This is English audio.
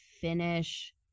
finish